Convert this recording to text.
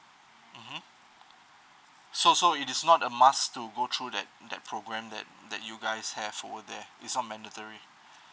mmhmm so so it is not a must to go through that that programme that that you guys have over there is not mandatory